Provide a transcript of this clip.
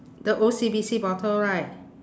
the O_C_B_C bottle right